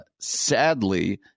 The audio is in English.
Sadly